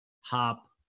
hop